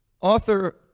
Author